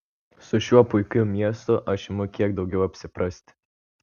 su šiuo puikiu miestu aš imu kiek daugiau apsiprasti